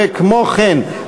וכמו כן,